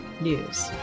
News